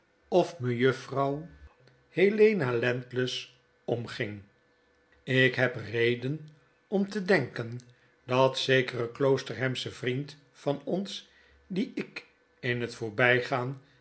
of mejuffrouw helena landless omging ik heb reden om te denken dat zekere kloosterhamsche vriend van ons dien ik in het voorbygaan